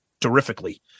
terrifically